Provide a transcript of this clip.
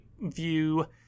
view